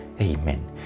Amen